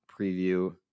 preview